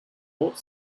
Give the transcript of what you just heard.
court